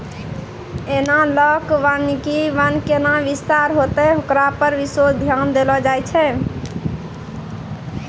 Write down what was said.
एनालाँक वानिकी वन कैना विस्तार होतै होकरा पर विशेष ध्यान देलो जाय छै